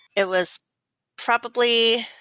it was probably